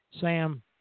Sam